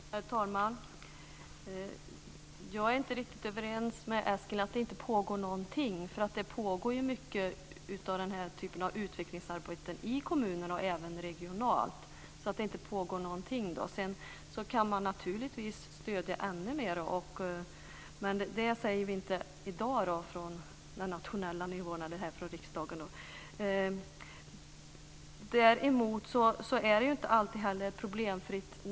Herr talman! Jag är inte riktigt överens med Eskil Erlandsson om att det inte pågår någonting. Det pågår mycket av den här typen av utvecklingsarbeten i kommunerna och även regionalt. Man kan naturligtvis stödja ännu mer, men det säger vi inte i dag från den nationella nivån eller här från riksdagen. När det gäller slammet är det inte alltid problemfritt.